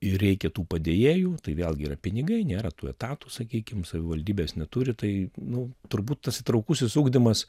ir reikia tų padėjėjų tai vėlgi yra pinigai nėra tų etatų sakykim savivaldybės neturi tai nu turbūt tas įtraukusis ugdymas